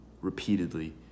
repeatedly